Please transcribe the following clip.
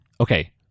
okay